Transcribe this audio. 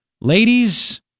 ladies